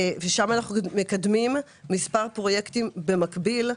שם אנחנו מקדמים מספר פרויקטים במקביל.